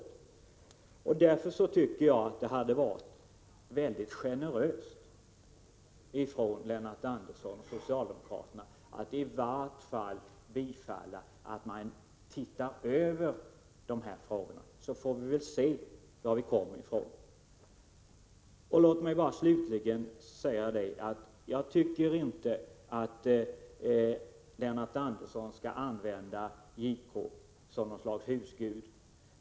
Därför tycker jag att det hade varit mycket generöst av Lennart Andersson och socialdemokraterna att i vart fall tillstyrka en översyn av dessa frågor. Låt mig slutligen säga att jag inte tycker att Lennart Andersson skall använda JK som något slags husgud.